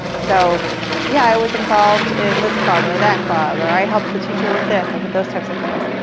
so yeah, i was involved in this club or that club, or i helped the teacher with this. i did those types of things.